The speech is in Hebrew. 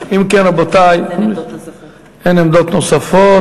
אם כן, רבותי, אין עמדות נוספות.